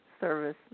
service